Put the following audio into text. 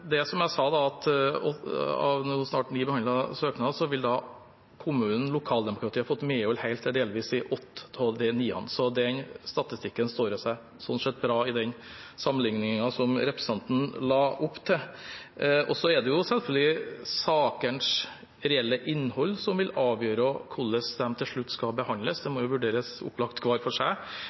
det er ein god «trackrecord» frå denne regjeringa. Kan ministeren garantere at dette er retninga som regjeringa vil føre vidare? Som jeg sa: Av snart ni behandlede søknader vil kommunen og lokaldemokratiet få medhold, helt eller delvis, i åtte av dem. Så den statistikken står seg bra i den sammenlikningen som representanten la opp til. Det er selvfølgelig sakenes reelle innhold som vil avgjøre hvordan de til slutt skal behandles. De må opplagt vurderes hver for seg.